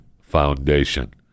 foundation